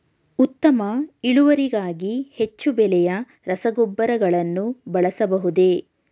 ಉತ್ತಮ ಇಳುವರಿಗಾಗಿ ಹೆಚ್ಚು ಬೆಲೆಯ ರಸಗೊಬ್ಬರಗಳನ್ನು ಬಳಸಬಹುದೇ?